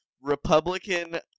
Republican –